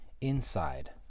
inside